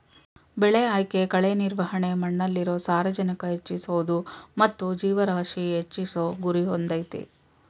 ಬೆಳೆ ಆಯ್ಕೆ ಕಳೆ ನಿರ್ವಹಣೆ ಮಣ್ಣಲ್ಲಿರೊ ಸಾರಜನಕ ಹೆಚ್ಚಿಸೋದು ಮತ್ತು ಜೀವರಾಶಿ ಹೆಚ್ಚಿಸೋ ಗುರಿ ಹೊಂದಯ್ತೆ